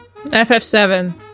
FF7